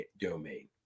domain